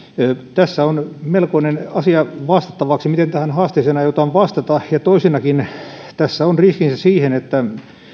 tässä on melkoinen asia vastattavaksi miten tähän haasteeseen aiotaan vastata ja toisena asiana tässä on riskinsä siihen että